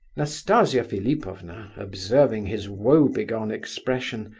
nastasia philipovna, observing his woe-begone expression,